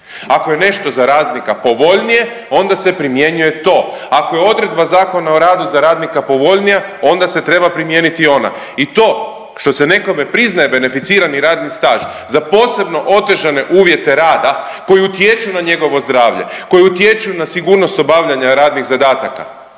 Ako je nešto za radnika povoljnije, onda se primjenjuje to. Ako je odredba Zakona o radu za radnika povoljnija, onda se treba primijeniti ona. I to što se nekome priznaje beneficirani radni staž za posebno otežane uvjete rada koji utječu na njegovo zdravlje, koji utječu na sigurnost obavljanja radnih zadataka